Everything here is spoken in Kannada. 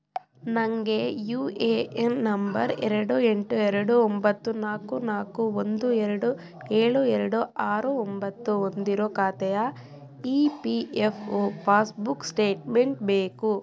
ನನಗೆ ಯು ಎ ಎನ್ ನಂಬರ್ ಎರಡು ಎಂಟು ಎರಡು ಒಂಬತ್ತು ನಾಲ್ಕು ನಾಲ್ಕು ಒಂದು ಎರಡು ಏಳು ಎರಡು ಆರು ಒಂಬತ್ತು ಹೊಂದಿರೋ ಖಾತೆಯ E P F O passbook statement ಬೇಕು